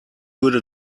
würde